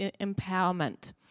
empowerment